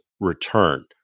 Return